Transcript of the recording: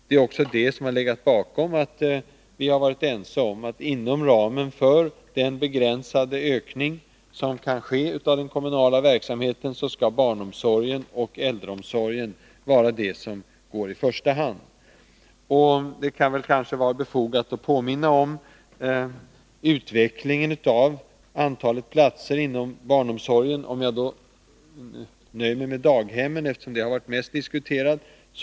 Det är också det som har legat bakom att vi har varit överens om att barnomsorgen och äldreomsorgen skall komma i första hand inom ramen för den begränsade ökning som kan ske av den kommunala verksamheten. Det kan kanske vara befogat att påminna om utvecklingen av antalet platser inom barnomsorgen. Jag nöjer mig med daghemmen, eftersom de har diskuterats mest.